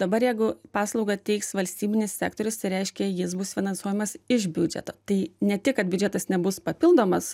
dabar jeigu paslaugą teiks valstybinis sektorius tai reiškia jis bus finansuojamas iš biudžeto tai ne tik kad biudžetas nebus papildomas